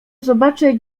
zobaczę